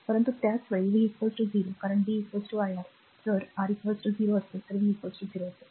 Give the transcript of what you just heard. परंतु त्याच वेळी v 0 कारण b iR जर R 0 असेल तर v 0 असेल